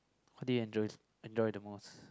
what do you enjoys enjoy the most